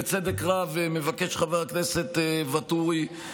בצדק רב מבקש חבר הכנסת ואטורי,